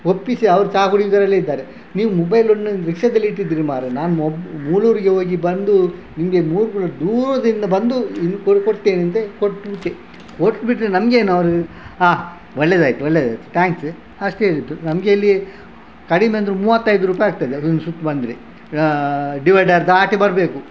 ಒಪ್ಪಿಸಿ ಅವರು ಚಹಾ ಕುಡಿಯೋದ್ರಲ್ಲೇ ಇದ್ದಾರೆ ನೀವು ಮೊಬೈಲನ್ನು ರಿಕ್ಷಾದಲ್ಲಿ ಇಟ್ಟಿದ್ದಿರಿ ಮಾರ್ರೆ ನಾನು ಮೊ ಮೂಳೂರಿಗೆ ಹೋಗಿ ಬಂದು ನಿಮಗೆ ಮೂರು ಕಿಲೋಮೀಟರ್ ದೂರದಿಂದ ಬಂದು ಕೊಡ್ತೇನೆ ಅಂಥೇಳಿ ಕೊಟ್ಟು ಬಿಟ್ಟೆ ಕೊಟ್ಬಿಟ್ರೆ ನಮ್ಗೇನು ಅವ್ರು ಹಾಂ ಒಳ್ಳೆದಾಯ್ತು ಒಳ್ಳೆದಾಯಿತು ಥ್ಯಾಂಕ್ಸ್ ಅಷ್ಟೇ ಹೇಳಿದ್ದು ನಮಗೆ ಇಲ್ಲಿ ಕಡಿಮೆ ಅಂದರೂ ಮೂವತ್ತೈದು ರೂಪಾಯಿ ಆಗ್ತದೆ ಅದೊಂದು ಸುತ್ತು ಬಂದರೆ ಡಿವೈಡರ್ ದಾಟಿ ಬರಬೇಕು